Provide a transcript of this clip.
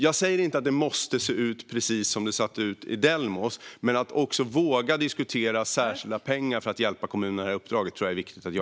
Jag säger inte att det måste se ut precis som hos Delmos, men jag tror att det är viktigt att våga diskutera särskilda pengar för att hjälpa kommunerna i detta uppdrag.